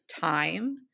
time